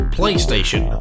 PlayStation